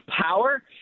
power